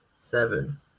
Seven